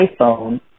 iPhone